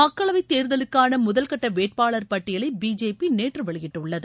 மக்களவைத் தேர்தலுக்கான முதல்கட்ட வேட்பாளர் பட்டியலை பிஜேபி நேற்று வெளியிட்டுள்ளது